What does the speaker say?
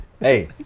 Hey